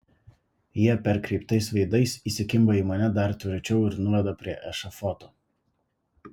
jie perkreiptais veidais įsikimba į mane dar tvirčiau ir nuveda prie ešafoto